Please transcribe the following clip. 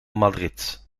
madrid